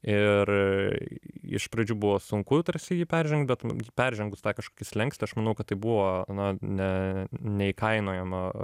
ir iš pradžių buvo sunku tarsi jį peržengt bet m peržengus tą kažkokį slenkstį aš manau kad tai buvo na ne neįkainojama